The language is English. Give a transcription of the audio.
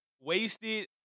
Wasted